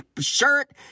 shirt